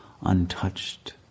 untouched